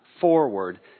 forward